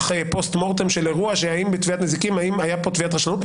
פוסט מורטם של אירוע בתביעת נזיקין האם הייתה כאן תביעת רשלנות,